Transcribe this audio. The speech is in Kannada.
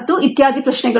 ಮತ್ತು ಇತ್ಯಾದಿ ಪ್ರಶ್ನೆಗಳು